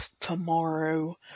tomorrow